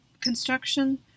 construction